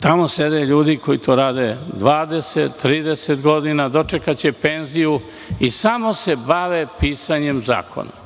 Tamo sede ljudi koji to rade 20, 30 godine, dočekaće penziju i samo se bave pisanjem zakona.